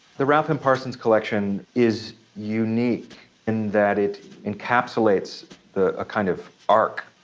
the ralph m. parsons collection is unique in that it encapsulates the a kind of arc,